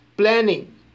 Planning